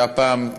והפעם,